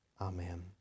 Amen